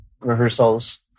rehearsals